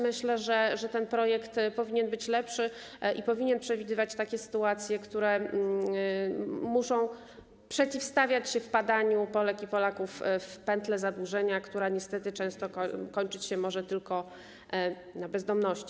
Myślę, że ten projekt powinien być lepszy i powinien przewidywać takie sytuacje, które muszą przeciwstawiać się wpadaniu Polek i Polaków w pętlę zadłużenia, która niestety często kończyć się może tylko na bezdomności.